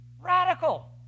Radical